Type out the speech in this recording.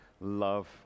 love